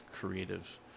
creative